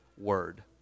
word